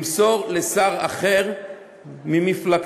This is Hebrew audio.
למסור לשר אחר ממפלגתו,